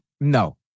No